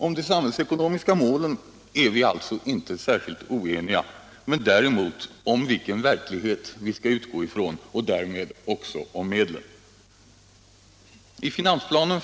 Om de samhällsekonomiska målen är vi alltså inte särskilt oeniga, däremot om vilken verklighet vi skall utgå från och därmed också om medlen.